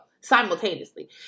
simultaneously